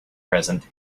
present